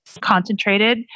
concentrated